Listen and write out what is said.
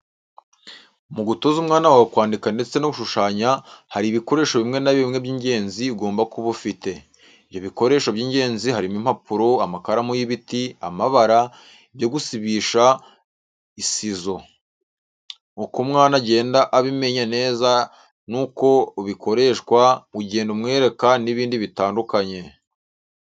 Mu gutoza umwana wawe kwandika ndetse no gushushanya hari ibikoresho bimwe na bimwe by'ingenzi ugomba kuba ufite. Ibyo bikoresho by'ingenzi harimo impapuro, amakaramu y'ibiti, amabara, ibyo gusibisha, isizo. Uko umwana agenda abimenya neza nuko bikoreshwa ugenda umwereka n'ibindi bitandukanye.